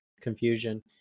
confusion